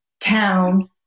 town